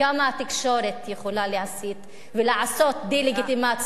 התקשורת יכולה להסית ולעשות דה-לגיטימציה,